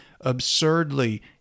absurdly